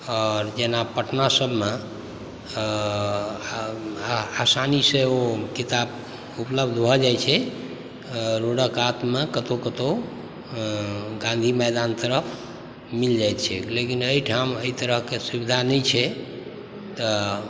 आओर जेना पटना सभमे आसानी से ओ किताब उपलब्ध भऽ जाइ छै रोडक कातमे कतौ कतौ गाँधीमैदान तरफ मिल जाइ छै लेकिन एहिठाम एहि तरहकेँ सुविधा नहि छै तऽ